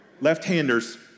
Left-handers